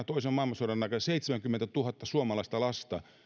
toisen maailmansodan aikana seitsemänkymmentätuhatta suomalaista lasta